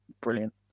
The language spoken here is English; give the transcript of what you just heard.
brilliant